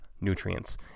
nutrients